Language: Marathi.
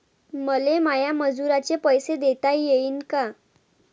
मले माया मजुराचे पैसे देता येईन का?